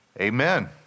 amen